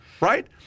right